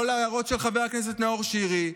לא להערות של חבר הכנסת נאור שירי,